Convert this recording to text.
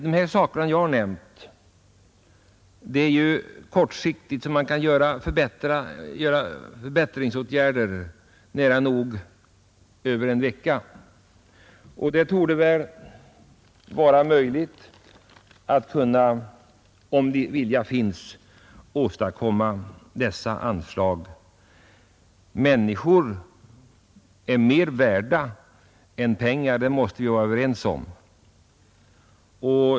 De saker som jag har nämnt är sådana förbättringsåtgärder som man kan vidtaga kortsiktigt — nära nog över en vecka. Det torde vara möjligt, om viljan finns, att åstadkomma erforderliga anslag. Människor är mer värda än pengar — det måste vi vara överens om.